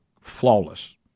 flawless